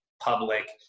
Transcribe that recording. Public